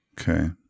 Okay